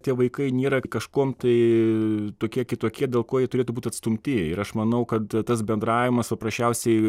tie vaikai nėra kažkuom tai tokie kitokie dėl ko jie turėtų būt atstumti ir aš manau kad tas bendravimas paprasčiausiai